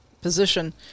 position